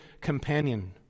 companion